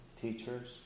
teachers